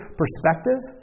perspective